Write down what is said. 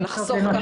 ולחסוך כך הסעות?